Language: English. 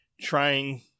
trying